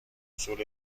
حصول